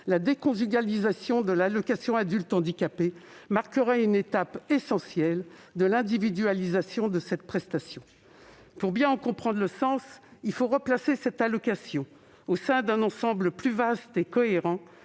la déconjugalisation de l'allocation aux adultes handicapés marquerait une étape essentielle de l'individualisation de cette prestation. Pour bien en comprendre le sens, il faut replacer cette allocation au sein d'un ensemble plus vaste et cohérent